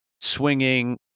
swinging